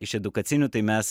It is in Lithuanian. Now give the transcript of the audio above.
iš edukacinių tai mes